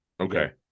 Okay